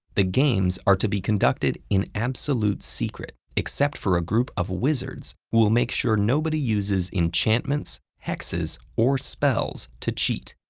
the games are to be conducted in absolute secret except for a group of wizards who will make sure nobody uses enchantments, hexes, or spells to cheat.